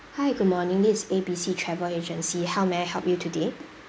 hi good morning this A B C travel agency how may I help you today